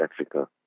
Africa